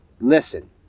listen